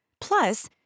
Plus